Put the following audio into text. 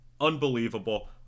Unbelievable